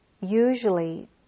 usually